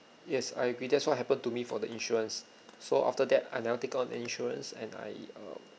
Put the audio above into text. yes I agree that's what happened to me for the insurance so after that I never take up on the insurance and I um